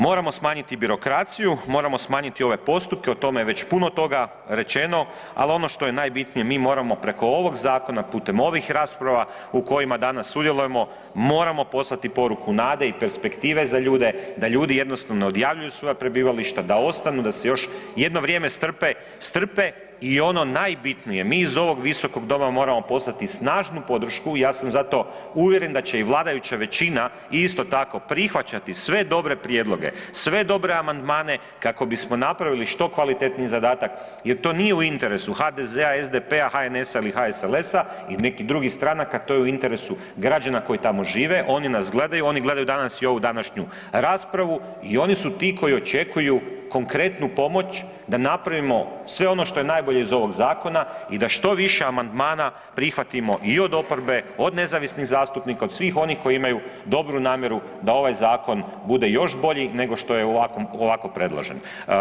Moramo smanjiti birokraciju, moramo smanjiti ove postupke, o tome je već puno toga rečeno, al ono što je najbitnije mi moramo preko ovog zakona, putem ovih rasprava u kojima danas sudjelujemo moramo poslati poruku nade i perspektive za ljude da ljudi jednostavno ne odjavljuju svoja prebivališta, da ostanu, da se još jedno vrijeme strpe, strpe i ono najbitnije mi iz ovog visokog doma moramo poslati snažnu podršku i ja sam zato uvjeren da će i vladajuća većina isto tako prihvaćati sve dobre prijedloge, sve dobre amandmane kako bismo napravili što kvalitetniji zadatak jer to nije u interesu HDZ-a, SDP-a, HNS-a ili HSLS-a ili nekih drugih stranaka, to je u interesu građana koji tamo žive, oni nas gledaju, oni gledaju danas i ovu današnju raspravu i oni su ti koji očekuju konkretnu pomoć da napravimo sve ono što je najbolje iz ovog zakona i da što više amandmana prihvatimo i od oporbe, od nezavisnih zastupnika, od svih onih koji imaju dobru namjeru da ovaj zakon bude još bolji nego što je ovako predložen.